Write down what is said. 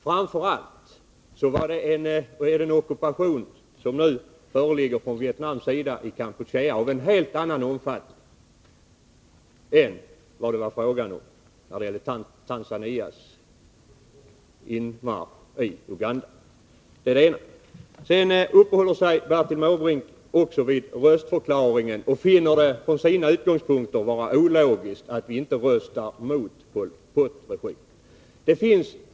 Framför allt är Vietnams ockupation i Kampuchea av en helt annan omfattning än det var fråga om vid Tanzanias inmarsch i Uganda. Det är det ena. Sedan uppehåller sig Bertil Måbrink vid röstförklaringen och finner det från sina utgångspunkter vara ologiskt att vi inte röstar mot Pol Potregimen.